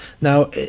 Now